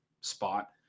spot